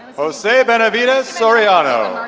jose benavides soriano.